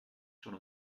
schon